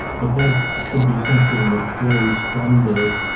but that should be something that flows from the.